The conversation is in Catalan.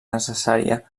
necessària